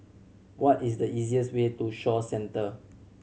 what is the easiest way to Shaw Centre